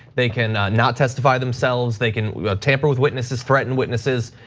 they can not testify themselves, they can tamper with witnesses, threaten witnesses,